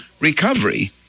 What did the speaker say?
recovery